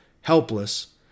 helpless